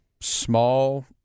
small